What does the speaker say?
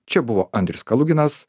čia buvo andrius kaluginas